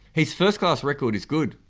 his first class record is good,